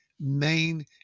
main